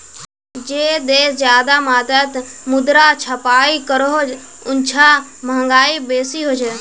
जे देश ज्यादा मात्रात मुद्रा छपाई करोह उछां महगाई बेसी होछे